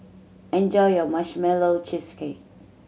enjoy your Marshmallow Cheesecake